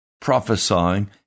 prophesying